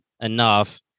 enough